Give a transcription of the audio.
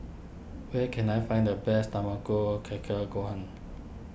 where can I find the best Tamago Kake Gohan